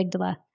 amygdala